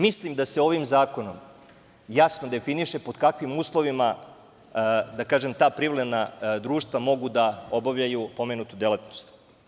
Mislim da se ovim zakonom jasno definiše pod kakvim uslovima ta privredna društva mogu da obavljaju pomenutu delatnost.